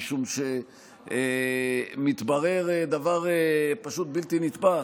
משום שמתברר דבר פשוט בלתי נתפס: